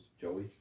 Joey